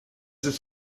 ist